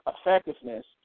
effectiveness